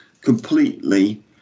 completely